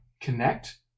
connect